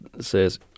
says